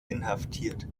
inhaftiert